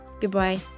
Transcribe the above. Goodbye